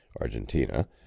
argentina